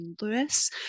Lewis